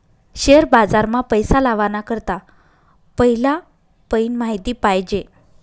share बाजार मा पैसा लावाना करता पहिला पयीन माहिती पायजे